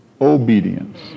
Obedience